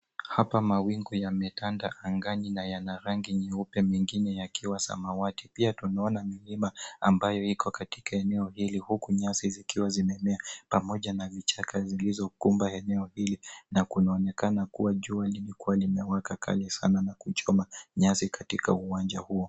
Hapa mawingu yametanda angani na yana rangi nyeupe mengine yakiwa samawati. Pia tunaona milima ambayo iko katika eneo hili huku nyasi zikiwa zimemea pamoja na vichaka zilizokumba eneo hili na kunaonekana kuwa jua limekua limewaka kali sana na kuchoma nyasi katika uwanja huo.